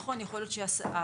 נכון, יכול להיות שהשכר